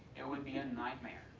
it would be a nightmare.